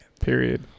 Period